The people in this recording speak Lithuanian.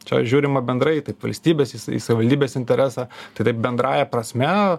čia žiūrima bendrai taip valstybės į savivaldybės interesą ta taip bendrąja prasme